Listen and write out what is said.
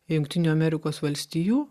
jungtinių amerikos valstijų